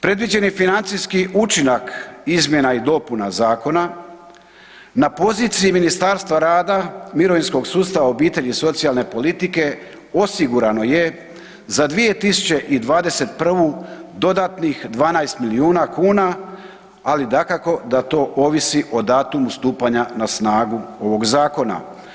Predviđeni financijski učinak izmjena i dopuna zakona na poziciji Ministarstva rada, mirovinskog sustava, obitelji i socijalne politike osigurano je za 2021. dodatnih 12 milijuna kn ali dakako da to ovisi o datumu stupanja na snagu ovog zakona.